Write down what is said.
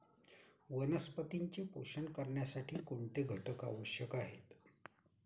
वनस्पतींचे पोषण करण्यासाठी कोणते घटक आवश्यक आहेत?